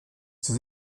sie